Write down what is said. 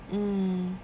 mm